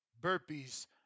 burpees